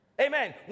Amen